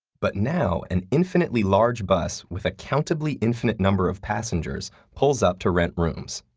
but now an infinitely large bus with a countably infinite number of passengers pulls up to rent rooms.